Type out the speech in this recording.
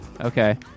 Okay